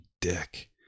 dick